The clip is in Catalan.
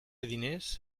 diners